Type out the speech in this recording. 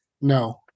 No